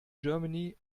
germany